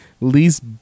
least